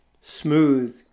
Smooth